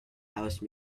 house